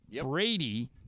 Brady